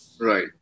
Right